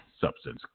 substance